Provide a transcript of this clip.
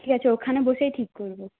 ঠিক আছে ওখানে বসেই ঠিক করব